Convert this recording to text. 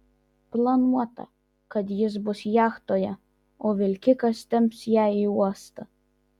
planuota kad jis bus jachtoje o vilkikas temps ją į uostą